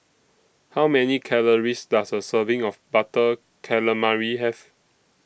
How Many Calories Does A Serving of Butter Calamari Have